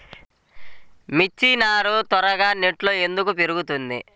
మిర్చి నారు త్వరగా నెట్లో ఎందుకు పెరుగుతుంది?